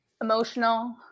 emotional